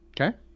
Okay